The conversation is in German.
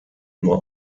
nur